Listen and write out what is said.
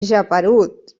geperut